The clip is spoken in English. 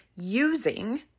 using